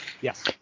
Yes